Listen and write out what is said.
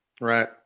Right